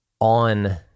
on